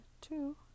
two